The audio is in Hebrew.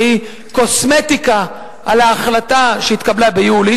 שהיא קוסמטיקה על ההחלטה שהתקבלה ביולי,